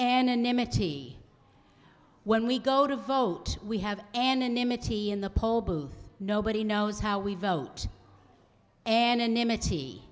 anonymity when we go to vote we have anonymity in the poll nobody knows how we vote anonymity